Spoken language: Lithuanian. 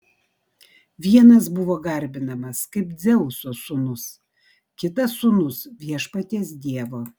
vienas buvo garbinamas kaip dzeuso sūnus kitas sūnus viešpaties dievo